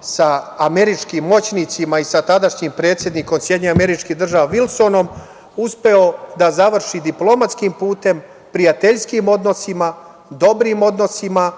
sa američkim moćnicima i sa tadašnjim predsednikom SAD Vilsonom uspeo da završi diplomatskim putem, prijateljskim odnosima, dobrim odnosima,